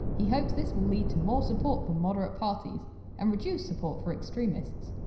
he hopes this will lead to more support for moderate parties and reduce support for extremists.